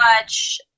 watch